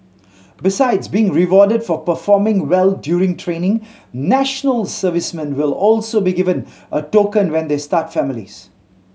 besides being rewarded for performing well during training national servicemen will also be given a token when they start families